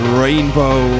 rainbow